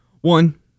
One